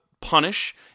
punish